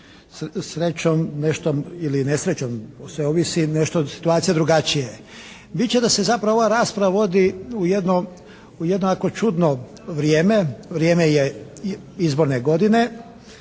srećom nešto ili nesrećom, sve ovisi, nešto situacija drugačije. Bit će da se zapravo ova rasprava vodi u jedno ovako čudno vrijeme. Vrijeme je izborne godine